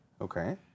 Okay